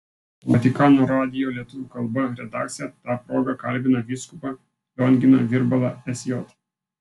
vatikano radijo lietuvių kalba redakcija ta proga kalbina vyskupą lionginą virbalą sj